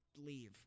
leave